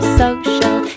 social